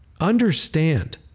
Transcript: understand